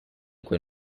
quel